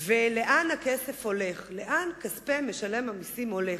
ולאן הכסף הולך, לאן כספי משלם המסים הולכים.